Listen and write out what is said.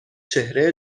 چهره